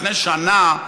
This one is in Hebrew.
לפני שנה,